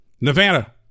Nevada